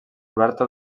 oberta